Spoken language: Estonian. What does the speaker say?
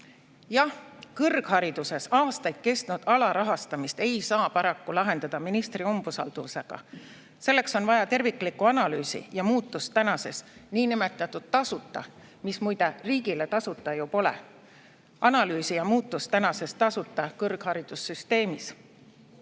Jah, kõrghariduses aastaid kestnud alarahastamist ei saa paraku lahendada ministri umbusaldusega. Selleks on vaja terviklikku analüüsi ja muutust tänases niinimetatud tasuta – mis muide riigile tasuta ju pole – kõrgharidussüsteemis.